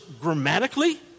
grammatically